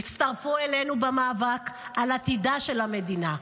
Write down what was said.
הצטרפו אלינו במאבק על עתידה של המדינה.